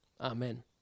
Amen